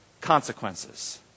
consequences